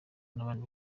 n’abandi